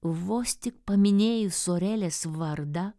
vos tik paminėjus sorelės vardą